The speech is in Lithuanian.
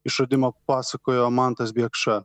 išradimą pasakojo mantas biekša